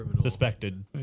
suspected